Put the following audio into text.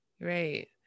right